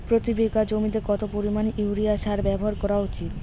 প্রতি বিঘা জমিতে কত পরিমাণ ইউরিয়া সার ব্যবহার করা উচিৎ?